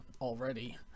already